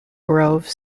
grove